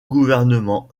gouvernement